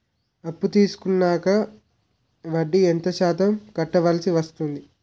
అప్పు తీసుకున్నాక వడ్డీ ఎంత శాతం కట్టవల్సి వస్తుంది?